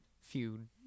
feud